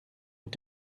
mit